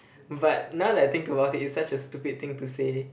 but now that I think about it is such a stupid thing to say